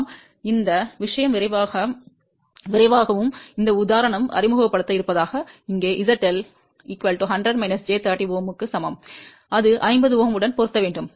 நாம் இந்த விஷயம் விரைவாகவும் இந்த உதாரணம் அறிமுகப்படுத்த இருப்பதாக இங்கே ZL 100 j 30 Ω க்கு சமம் அது 50 Ω உடன் பொருந்த வேண்டும்